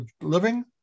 living